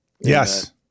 Yes